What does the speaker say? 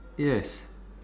yes